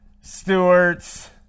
Stewart's